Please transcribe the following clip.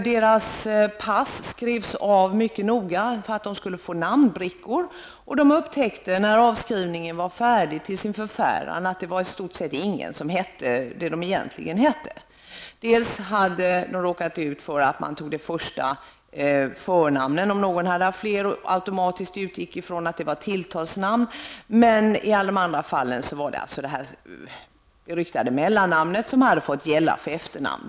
Deras pass skrevs av mycket noga för att de skulle få namnbrickor. När avskrivningen var färdig upptäckte de till sin förfäran att i stort sett ingen hette vad de egentligen hette. De hade dels råkat ut för att man automatiskt utgick från att det första namnet -- om någon hade fler -- var tilltalsnamn, dels hade det beryktade mellannamnet fått gälla för efternamn.